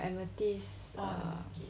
oh the market